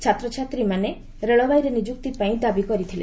ଛାତ୍ରଛାତ୍ରୀମାନେ ରେଳବାଇରେ ନିଯୁକ୍ତି ପାଇଁ ଦାବି କରିଥିଲେ